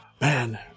man